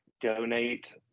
donate